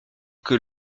que